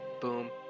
boom